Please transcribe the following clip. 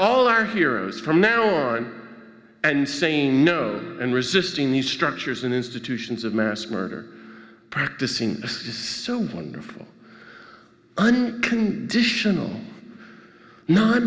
all our heroes from now on and saying no and resisting the structures and institutions of mass murder practicing is so wonderful